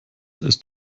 ist